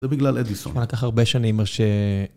זה בגלל אדיסון. שמע, לקח הרבה שנים עד ש...